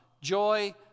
joy